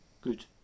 Good